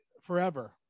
forever